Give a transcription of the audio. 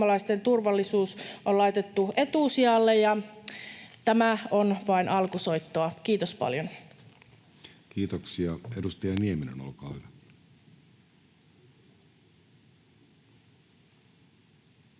turvallisuus on laitettu etusijalle, ja tämä on vain alkusoittoa. — Kiitos paljon. Kiitoksia. — Edustaja Nieminen, olkaa hyvä.